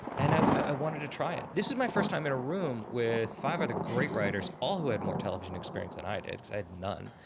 and um i wanted to try it. this is my first time in a room with five other great writers all who had more television experience than i did because i had none.